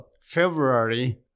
February